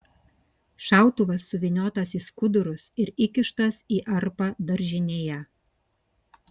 šautuvas suvyniotas į skudurus ir įkištas į arpą daržinėje